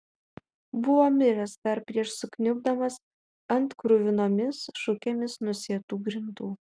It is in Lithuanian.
buvo miręs dar prieš sukniubdamas ant kruvinomis šukėmis nusėtų grindų